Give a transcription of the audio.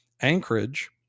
anchorage